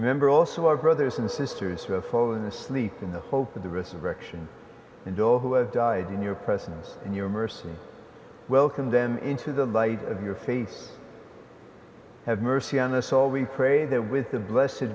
remember also our brothers and sisters who have fallen asleep in the hope that the rest of direction and all who have died in your presence in your mercy welcomed them into the light of your face have mercy on us all we pray that with the blessi